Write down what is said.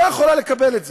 לא יכול לקבל את זה.